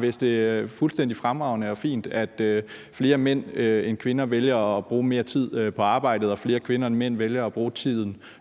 Hvis det er fuldstændig fremragende og fint, at flere mænd end kvinder vælger at bruge mere tid på arbejdet og flere kvinder end mænd vælger at bruge tiden sammen